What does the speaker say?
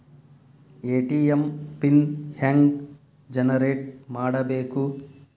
ATM PIN ಹೆಂಗ್ generate ಮಾಡಬೇಕು?